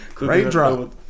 Raindrop